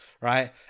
right